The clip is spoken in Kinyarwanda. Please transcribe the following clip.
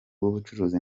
w’ubucuruzi